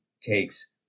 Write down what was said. takes